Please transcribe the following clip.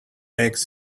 makes